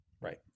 Right